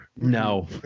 No